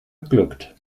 geglückt